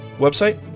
website